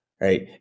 right